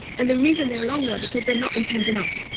and the reason they are longer because they're not intense enough.